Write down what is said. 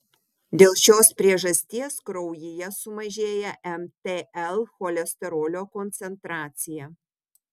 dėl šios priežasties kraujyje sumažėja mtl cholesterolio koncentracija